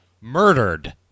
Murdered